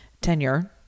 tenure